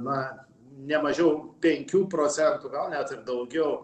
na ne mažiau penkių procentų gal net ir daugiau